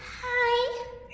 Hi